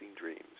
dreams